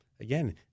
Again